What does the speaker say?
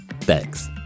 Thanks